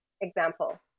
example